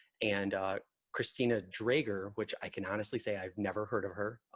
and kristina draeger, which i can honestly say i've never heard of her.